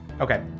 Okay